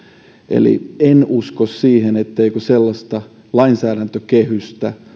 eli en usko siihen etteikö sellaista lainsäädäntökehystä